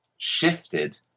Shifted